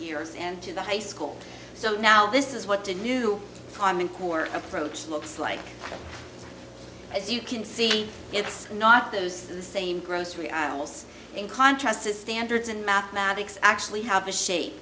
years and to the high school so now this is what the new prime in poor approach looks like as you can see it's not those of the same grocery aisles in contrast to standards in mathematics actually have to shape